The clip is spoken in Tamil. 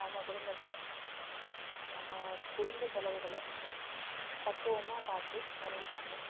நம்ம குடும்பத்தை நம்ம குடும்ப செலவுகளை பக்குவமாக பார்த்து செலவு பண்ணி